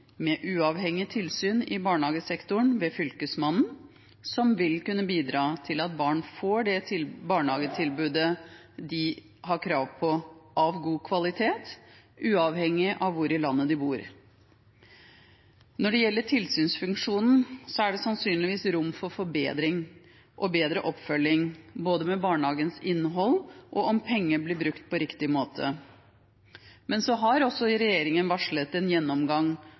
med uavhengige tilsyn i barnehagesektoren, ved Fylkesmannen, som vil kunne bidra til at barn får det barnehagetilbudet de har krav på, av god kvalitet, uavhengig av hvor i landet de bor. Når det gjelder tilsynsfunksjonen, er det sannsynligvis rom for forbedring og bedre oppfølging både av barnehagens innhold og av om penger blir brukt på riktig måte. Men så har også regjeringen varslet en gjennomgang